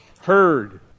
heard